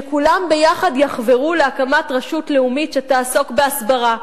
שכולם ביחד יחברו להקמת רשות לאומית שתעסוק בהסברה,